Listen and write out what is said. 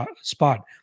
spot